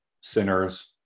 sinners